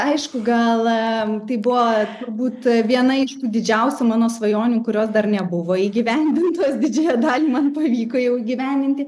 aišku gal tai buvo turbūt viena iš tų didžiausių mano svajonių kurios dar nebuvo įgyvendintos didžiąją dalį man pavyko jau įgyvendinti